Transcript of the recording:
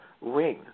ring